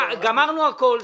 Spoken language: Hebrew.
גמרנו הכול,